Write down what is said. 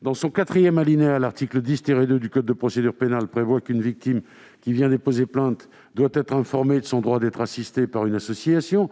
Dans son quatrième alinéa, l'article 10-2 du code de procédure pénale prévoit qu'une victime qui vient déposer plainte doit être informée de son droit d'être assistée par une association ;